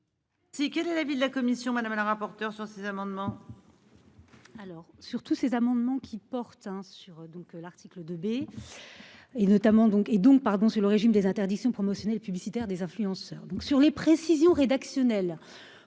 qu'est l'avis de la commission sur ces amendements.